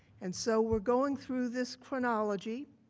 and so we are going through this chronology,